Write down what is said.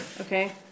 Okay